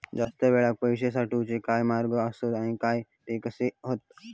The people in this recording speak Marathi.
जास्त वेळाक पैशे साठवूचे काय मार्ग आसत काय ते कसे हत?